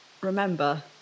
remember